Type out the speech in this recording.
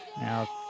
Now